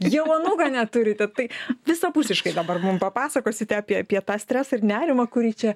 jau anūką net turite tai visapusiškai dabar mum papasakosite apie apie tą stresą ir nerimą kurį čia